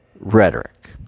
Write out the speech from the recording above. Rhetoric